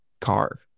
car